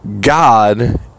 God